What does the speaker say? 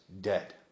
dead